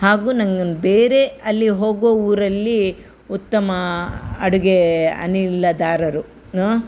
ಹಾಗೂ ನಂಗೊಂದ್ ಬೇರೆ ಅಲ್ಲಿ ಹೋಗೋ ಊರಲ್ಲಿ ಉತ್ತಮ ಅಡುಗೆ ಅನಿಲದಾರರು ಆಂ